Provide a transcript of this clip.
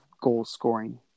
goal-scoring